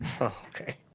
Okay